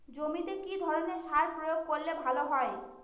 জমিতে কি ধরনের সার প্রয়োগ করলে ভালো হয়?